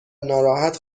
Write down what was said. ناراحت